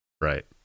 Right